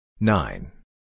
Nine